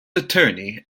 attorney